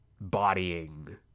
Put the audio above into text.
bodying